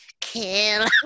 kill